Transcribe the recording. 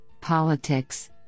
politics